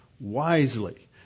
wisely